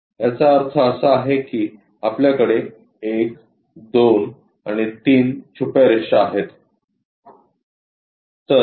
त्याचा अर्थ असा की आपल्याकडे 1 2 आणि 3 छुप्या रेषा आहेत